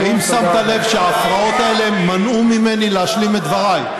האם שמת לב שההפרעות האלה מנעו ממני להשלים את דבריי?